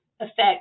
Affect